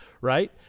right